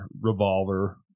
Revolver